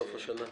לסוף השנה.